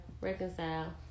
reconcile